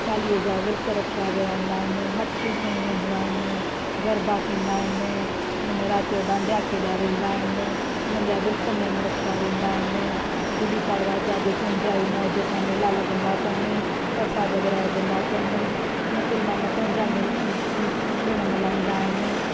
चालीह जा विर्त रखिया वेंदा आहिनि मटकियूं खयूं वेंदियूं आहिनि गरबा थींदा आहिनि हुन में राति जो डांडिया खेॾा वेंदा आहिनि उन्हनि जा विर्त नेम रखिया वेंदा आहिनि गुड्डी पाड़वा जा बि पंहिंजा ई मौज सा मेला लॻंदा अथन परसाद विरायजंदा तन मुसलमान पंहिंजा मेला ॾिण मल्हाईंदा आहिनि